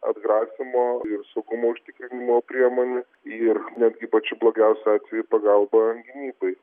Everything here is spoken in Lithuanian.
atgrasymo ir saugumo užtikrinimo priemonė ir netgi pačiu blogiausiu atveju pagalba gynybai